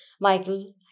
Michael